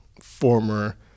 former